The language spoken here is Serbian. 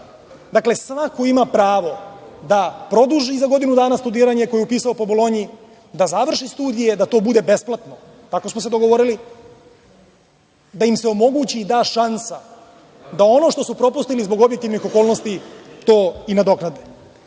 Dakle, svako ima pravo da produži za godinu dana studiranje koje je upisao po Bolonji, da završi studije da to bude besplatno, tako smo se dogovorili, da im se omogući i da šansa da ono što su propustili zbog objektivnih okolnosti to i nadoknade. Mislim